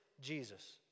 Jesus